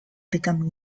become